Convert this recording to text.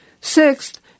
Sixth